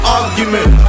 argument